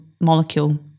molecule